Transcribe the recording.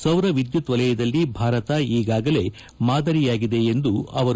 ಸೌರ ವಿದ್ಯುತ್ ವಲಯದಲ್ಲಿ ಭಾರತ ಈಗಾಗಲೇ ಮಾದರಿಯಾಗಿದೆ ಎಂದರು